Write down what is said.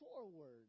Forward